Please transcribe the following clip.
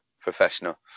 Professional